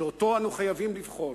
שאותו אנו חייבים לבחון?